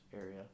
area